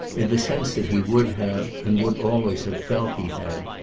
in the sense that he would have, and would always have felt he had,